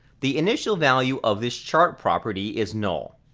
the initial value of this chart property is null.